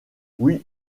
oui